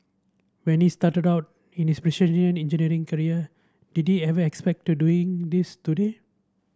when he started out in his precision engineering career did he ever expect to doing this today